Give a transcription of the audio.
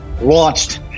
Launched